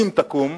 אם תקום,